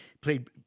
played